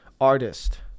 artist